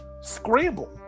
scramble